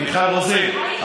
מיכל רוזין,